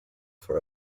for